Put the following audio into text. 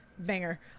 banger